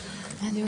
14:47.